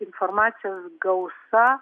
informacijos gausa